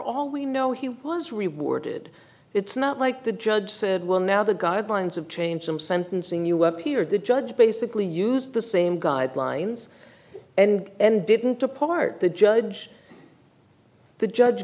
all we know he was rewarded it's not like the judge said well now the guidelines of change i'm sentencing you were here the judge basically used the same guidelines and then didn't apart the judge the judge